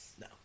No